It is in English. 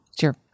Sure